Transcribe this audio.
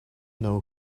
know